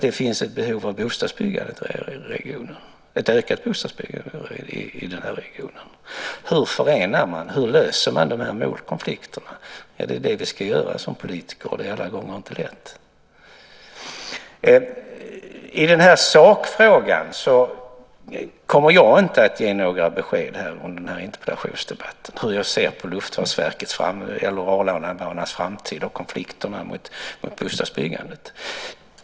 Det finns ett behov av ökat bostadsbyggande i regionen. Hur löser man målkonflikterna? Det är det vi ska göra som politiker, och det är alla gånger inte lätt. I sakfrågan kommer jag inte att ge några besked under den här interpellationsdebatten, om hur jag ser på Arlandabanornas framtid och konflikterna med bostadsbyggandet.